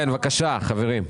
בבקשה, חברים.